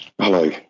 hello